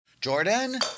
Jordan